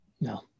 No